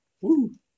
woo